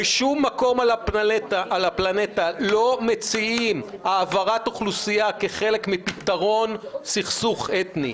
בשום מקום על הפלנטה לא מציעים העברת אוכלוסייה כחלק מפתרון סכסוך אתני.